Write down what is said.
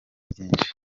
byinshi